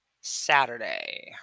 Saturday